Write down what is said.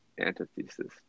antithesis